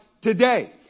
today